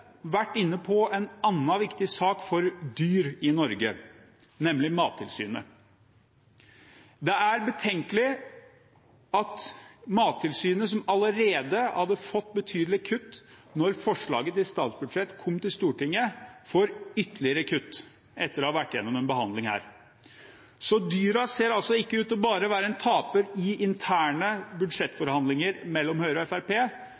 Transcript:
vært inne på en annen viktig sak for dyr i Norge, nemlig Mattilsynet. Det er betenkelig at Mattilsynet, som allerede hadde fått betydelige kutt da forslaget til statsbudsjettet kom til Stortinget, får ytterligere kutt etter å ha vært gjennom behandlingen her. Så dyrene ser ikke bare ut til å være en taper i interne budsjettforhandlinger mellom Høyre og